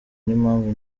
n’impamvu